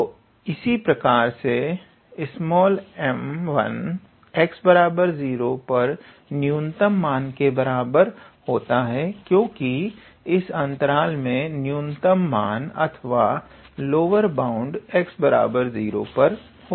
तो इसी प्रकार से 𝑚1x0 पर न्यूनतम मान के बराबर होता है क्योंकि इस अंतराल में न्यूनतम मान अथवा लोअर बाउंड x0 पर होता हैं